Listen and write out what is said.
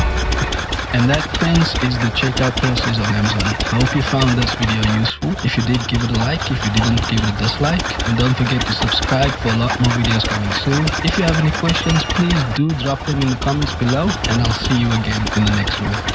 and that friends, is the checkout process on amazon. hope you found this video useful. if you did give it a like. if you didn't give it a dislike, and don't forget to subscribe for a lot more videos coming soon. if you have any questions please do drop them in the comments below and i'll see you again in the next one.